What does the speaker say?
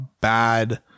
bad